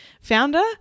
founder